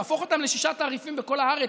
להפוך אותם לשישה תעריפים בכל הארץ,